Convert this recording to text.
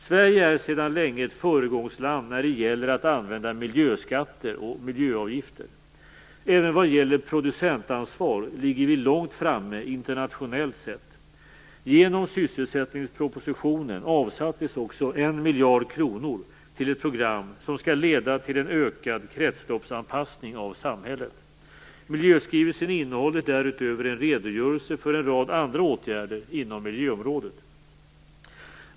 Sverige är sedan länge ett föregångsland när det gäller att använda miljöskatter och miljöavgifter. Även vad gäller producentansvar ligger vi långt framme internationellt sett. Genom sysselsättningspropositionen avsattes också 1 miljard kronor till ett program som skall leda till en ökad kretsloppsanpassning av samhället. Miljöskrivelsen innehåller därutöver en redogörelse för en rad andra åtgärder inom miljöområdet.